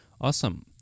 Awesome